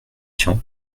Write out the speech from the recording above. tian